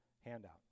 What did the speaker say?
handout